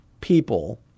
people